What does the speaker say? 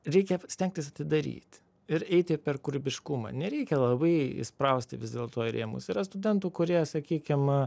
reikia stengtis daryti ir eiti per kūrybiškumą nereikia labai įsprausti vis dėlto į rėmus yra studentų kurie sakykim